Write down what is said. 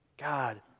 God